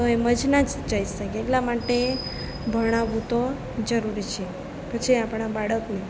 એમ જ ના જઈ શકીએ તો એટલા માટે ભણાવવું તો જરૂરી છે પછી આપણા બાળકને